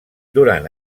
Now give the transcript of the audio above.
durant